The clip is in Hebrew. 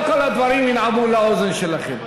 לא כל הדברים ינעמו לאוזן שלכם.